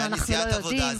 אבל הייתה נסיעת עבודה,